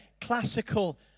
classical